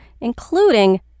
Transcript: including